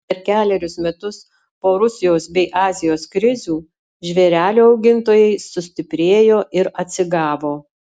per kelerius metus po rusijos bei azijos krizių žvėrelių augintojai sustiprėjo ir atsigavo